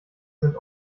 sind